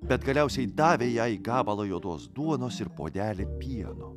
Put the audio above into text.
bet galiausiai davė jai gabalą juodos duonos ir puodelį pieno